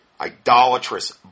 idolatrous